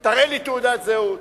תראה לי תעודת זהות.